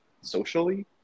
socially